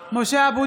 (קוראת בשמות חברי הכנסת) משה אבוטבול,